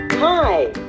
Hi